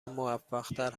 موفقتر